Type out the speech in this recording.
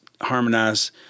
harmonize